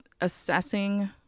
assessing